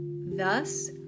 Thus